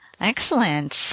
Excellent